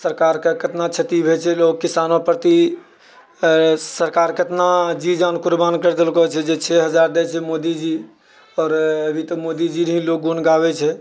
सरकारकेँ कितना क्षति भेल छै लोक किसानो प्रति सरकार कितना जी जान कुर्बान करि देलको छै जे छओ हजार दैत छै मोदीजी आओर अभी तऽ मोदीजीके ही लोक गुण गाबैत छै